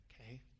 okay